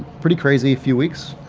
pretty crazy few weeks,